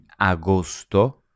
agosto